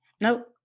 nope